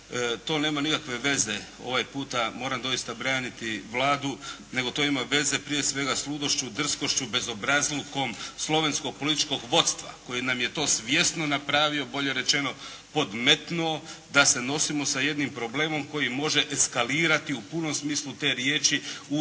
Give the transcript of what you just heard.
To nema nikakve veze, ovaj puta moram doista braniti Vladu, nego to ima veze prije svega s ludošću, drskošću, bezobrazlukom slovenskom političkog vodstva koji nam je to svjesno napravio, bolje rečeno podmetnuo da se nosimo sa jednim problemom koji može eskalirati u punom smislu te riječi u